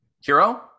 Hero